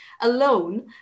alone